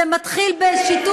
את לא